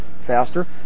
faster